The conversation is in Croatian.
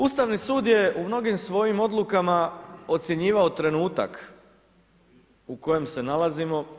Ustavni sud je u mnogim svojim odlukama ocjenjivao trenutak u kojem se nalazimo.